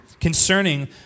concerning